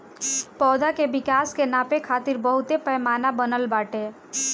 पौधा के विकास के नापे खातिर बहुते पैमाना बनल बाटे